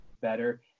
better